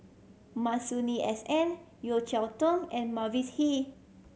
Masuri S N Yeo Cheow Tong and Mavis Hee